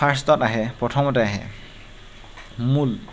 ফাৰ্ষ্টত আহে প্ৰথমতে আহে মুন